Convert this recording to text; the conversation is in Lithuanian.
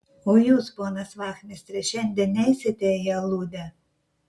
o jūs ponas vachmistre šiandien neisite į aludę